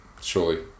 surely